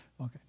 Okay